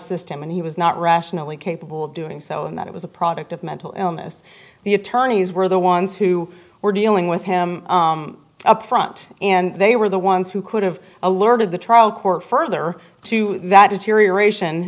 him and he was not rationally capable of doing so and that it was a product of mental illness the attorneys were the ones who were dealing with him up front and they were the ones who could have alerted the trial court further to that deterioration